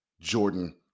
Jordan